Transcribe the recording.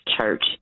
Church